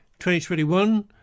2021